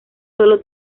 sólo